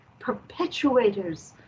perpetuators